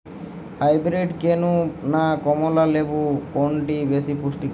Hybrid কেনু না কমলা লেবু কোনটি বেশি পুষ্টিকর?